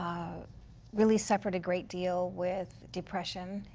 really suffered a great deal with depression.